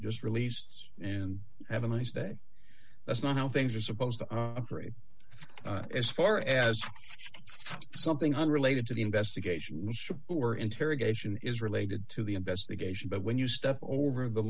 just released and have a nice day that's not how things are supposed to pray for as something unrelated to the investigation or interrogation is related to the investigation but when you step over the